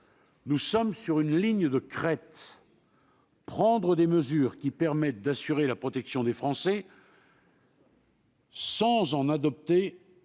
Nous sommes sur une ligne de crête : prendre des mesures qui permettent d'assurer la protection des Français, sans adopter